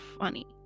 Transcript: funny